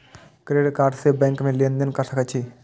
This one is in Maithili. क्रेडिट कार्ड से बैंक में लेन देन कर सके छीये?